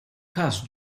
każ